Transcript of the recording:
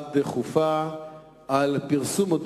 הפרסום על